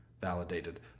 validated